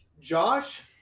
Josh